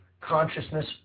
consciousness